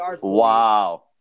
wow